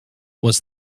was